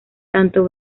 tanto